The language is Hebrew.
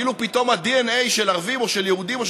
כאילו פתאום הדנ"א של ערבים או של יהודים או